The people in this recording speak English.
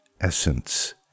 essence